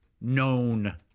Known